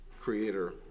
creator